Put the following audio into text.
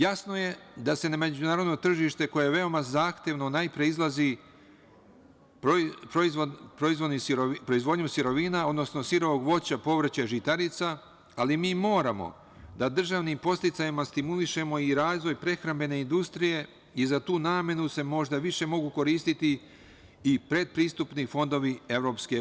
Jasno je da se na međunarodno tržište, koje je veoma zahtevno, najpre izlazi proizvodnjom sirovina, odnosno sirovog voća, povrća, žitarica, ali mi moramo da državnim podsticajima stimulišemo i razvoj prehrambene industrije i za tu namenu se možda više mogu koristiti i pretpristupni fondovi EU.